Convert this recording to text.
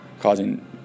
causing